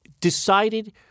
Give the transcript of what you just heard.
decided